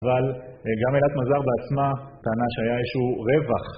אבל גם אילת מזר בעצמה טענה שהיה איזשהו רווח..